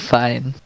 fine